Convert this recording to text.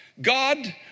God